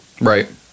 Right